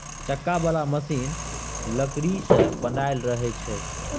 चक्का बला मशीन लकड़ी सँ बनल रहइ छै